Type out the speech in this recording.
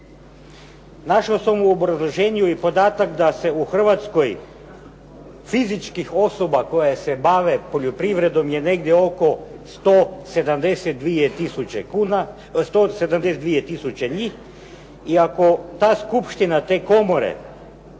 Našao sam u obrazloženju i podatak da se u Hrvatskoj fizičkih osoba koje se bave poljoprivredom je oko 172 tisuće njih i ako ta skupština te komore